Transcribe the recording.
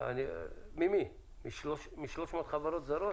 מ-300 חברות זרות.